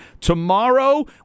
Tomorrow